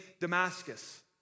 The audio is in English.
Damascus